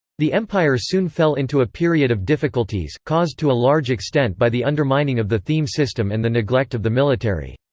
the empire soon fell into a period of difficulties, caused to a large extent by the undermining of the theme system and the neglect of the military.